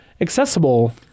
accessible